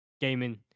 gaming